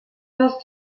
george